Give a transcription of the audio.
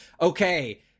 okay